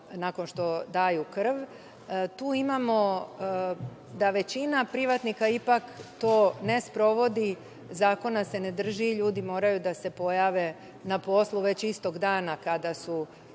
žena daju krv. Tu imamo da većina privatnika to ne sprovodi, zakona se ne drži, ljudi moraju da se pojave na poslu već istog dana kada su